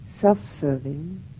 self-serving